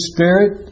Spirit